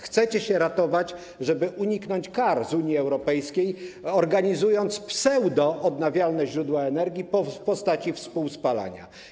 Chcecie się ratować, żeby uniknąć kar z Unii Europejskiej, organizując pseudoodnawialne źródła energii w postaci współspalania.